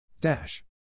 Dash